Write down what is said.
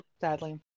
Sadly